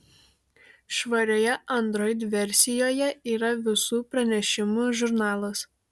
švarioje android versijoje yra visų pranešimų žurnalas